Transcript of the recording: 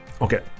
okay